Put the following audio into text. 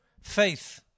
Faith